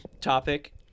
topic